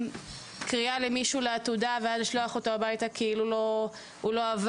קריאה למישהו לעתודה ולשלוח אותו הביתה כאילו הוא לא עבד.